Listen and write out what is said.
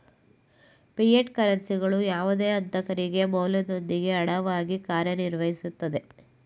fiat ಕರೆನ್ಸಿಗಳು ಯಾವುದೇ ಆಂತರಿಕ ಮೌಲ್ಯದೊಂದಿಗೆ ಹಣವಾಗಿ ಕಾರ್ಯನಿರ್ವಹಿಸುತ್ತೆ